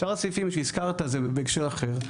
שאר הסעיפים שהזכרת זה בהקשר אחר,